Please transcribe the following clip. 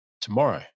tomorrow